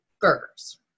burgers